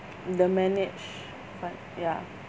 the manage part ya